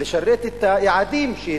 לשרת את היעדים שהציבו.